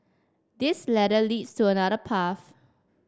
this ladder leads to another path